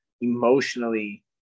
emotionally